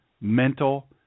mental